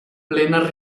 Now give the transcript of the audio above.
plena